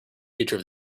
future